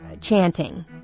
chanting